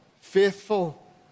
faithful